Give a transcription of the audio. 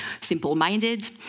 simple-minded